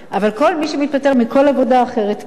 אבל כל מי שמתפטר מכל עבודה אחרת, כן.